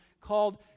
called